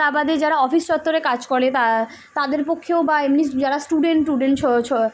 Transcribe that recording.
তাবাদে যারা অফিস চত্তরে কাজ করে তা তাদের পক্ষেও বা এমনি যারা স্টুডেন্ট টুডেন্ট ছ ছ